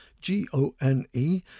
G-O-N-E